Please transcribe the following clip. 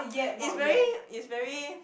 is very is very